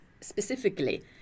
specifically